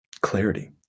clarity